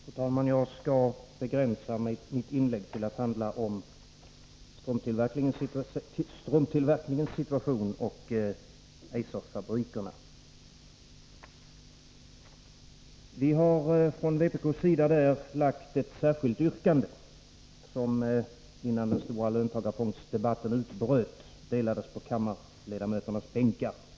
Fru talman! Jag skall begränsa mitt inlägg till att handla om strumptillverkningens situation och Eiserfabrikerna. Vi har från vpk:s sida lagt fram ett särskilt yrkande, som utdelades på kammarledamöternas bänkar innan den stora löntagarfondsdebatten utbröt.